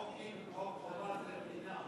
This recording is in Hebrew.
חוק חובה זה חינם.